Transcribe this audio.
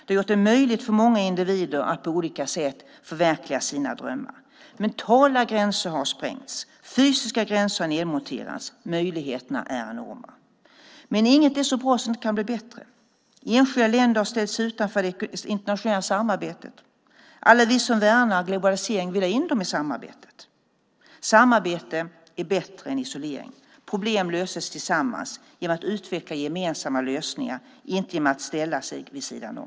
Den har gjort det möjligt för många individer att på olika sätt förverkliga sina drömmar. Mentala gränser har sprängts, fysiska gränser har nedmonterats, och möjligheterna är enorma. Men inget är så bra att det inte kan bli bättre. Enskilda länder har ställt sig utanför det internationella samarbetet. Alla vi som värnar globaliseringen vill ha in dem i samarbetet. Samarbete är bättre än isolering. Problem löser man tillsammans genom att man utvecklar gemensamma lösningar, inte genom att ställa sig vid sidan av.